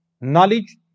Knowledge